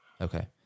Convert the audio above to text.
Okay